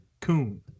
Coon